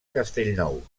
castellnou